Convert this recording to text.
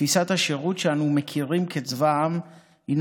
תפיסת השירות שאנו מכירים כצבא העם הינה